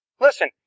Listen